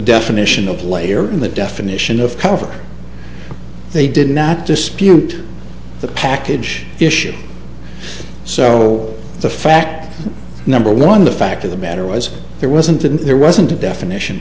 definition of layer in the definition of cover they did not dispute the package issue so the fact number one the fact of the matter was there wasn't and there wasn't a definition